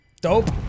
Dope